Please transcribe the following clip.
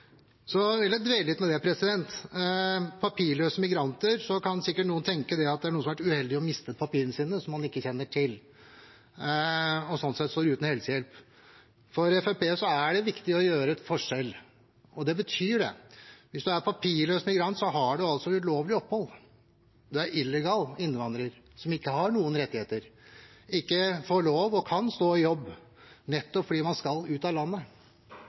dvele litt ved det. Når det gjelder papirløse migranter, kan sikkert noen tenke at det er noen som har vært uheldige og mistet papirene sine, som man ikke kjenner til, og som sånn sett står uten helsehjelp. For Fremskrittspartiet er det viktig at det her er en forskjell. Hvis man er papirløs migrant, har man altså ulovlig opphold. Man er illegal innvandrer, som ikke har noen rettigheter og ikke får lov til eller kan stå i jobb, nettopp fordi man skal ut av landet.